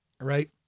right